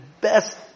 best